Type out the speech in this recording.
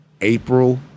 April